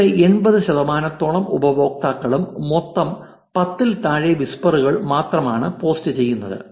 ഇവിടെ 80 ശതമാനത്തോളം ഉപയോക്താക്കളും മൊത്തം പത്തിൽ താഴെ വിസ്പറുകൾ മാത്രമാണ് പോസ്റ്റ് ചെയ്യുന്നത്